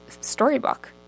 storybook